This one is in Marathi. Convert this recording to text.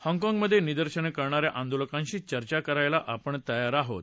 हाँगकाँगमधे निदर्शनं करणा या आंदोलकांशी चर्चा करायला आपण तयार आहोत